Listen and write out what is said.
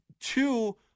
two